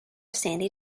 sandy